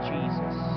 Jesus